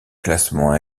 classement